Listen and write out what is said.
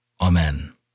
Amen